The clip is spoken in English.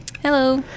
Hello